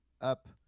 up